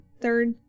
third